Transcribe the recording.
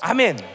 Amen